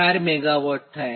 4 MW થાય